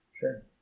Sure